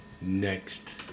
Next